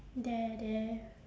there there